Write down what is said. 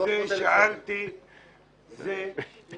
כשראיתי את זה אמרתי: